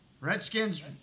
Redskins